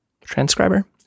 transcriber